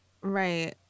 Right